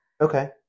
Okay